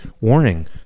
warning